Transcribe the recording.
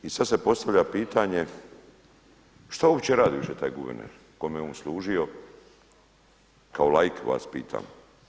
I sada se postavlja pitanje što uopće radi više taj guverner, kome je on služio, kao laiku vas pitam.